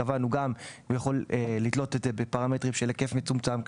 קבענו שהשר יכול לתלות את זה בפרמטרים של היקף מצומצם כללי,